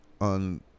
on